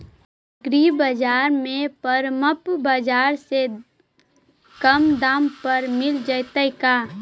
एग्रीबाजार में परमप बाजार से कम दाम पर मिल जैतै का?